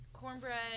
Cornbread